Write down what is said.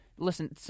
Listen